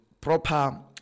proper